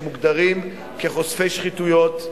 שמוגדרים כחושפי שחיתויות.